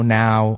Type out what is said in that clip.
now